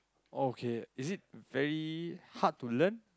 okay is it very hard to learn